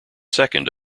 second